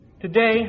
Today